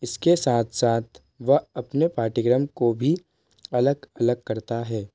इसके साथ साथ वह अपने पाठ्यक्रम को भी अलग अलग करता है